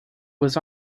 was